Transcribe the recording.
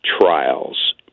trials